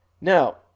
Now